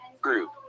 group